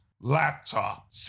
laptop